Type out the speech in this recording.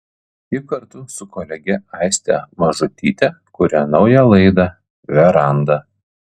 ji kartu su kolege aiste mažutyte kuria naują laidą veranda